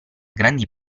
grandi